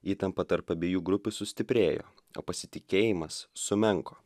įtampa tarp abiejų grupių sustiprėjo o pasitikėjimas sumenko